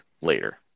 later